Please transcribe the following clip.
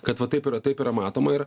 kad va taip yra taip yra matoma ir